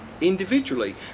individually